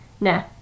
nah